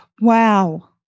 Wow